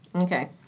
Okay